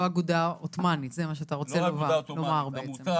לא אגודה עותמאנית, זה מה שאתה רוצה לומר בעצם.